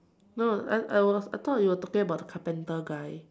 no I I was I thought you were talking about the carpenter guy